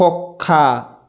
కుక్క